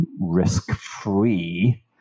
risk-free